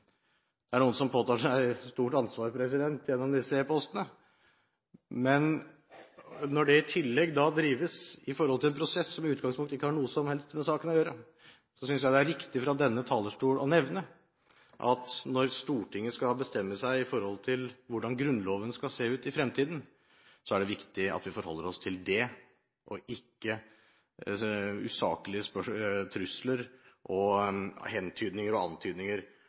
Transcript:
Det er noen som påtar seg et stort ansvar gjennom disse e-postene. Men når det i tillegg drives en prosess som i utgangspunktet ikke har noe med saken å gjøre, synes jeg det er riktig å nevne fra denne talerstol at når Stortinget skal bestemme hvordan Grunnloven skal se ut i fremtiden, er det viktig at vi forholder oss til det og ikke til usaklige trusler og hentydninger til og antydninger